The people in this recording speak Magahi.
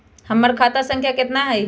हमर खाता संख्या केतना हई?